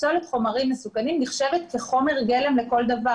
פסולת חומרים מסוכנים נחשבת כחומר גלם לכל דבר.